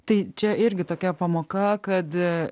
tai čia irgi tokia pamoka kad